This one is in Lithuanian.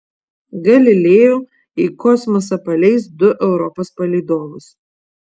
galileo į kosmosą paleis du europos palydovus